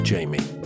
Jamie